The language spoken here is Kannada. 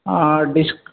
ಹಾಂ ಡಿಶ್ಕ್